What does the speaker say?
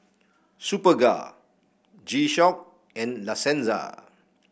Superga G Shock and La Senza